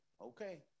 okay